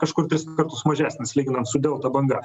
kažkur tris kartus mažesnis lyginant su delta banga